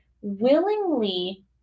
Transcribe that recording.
willingly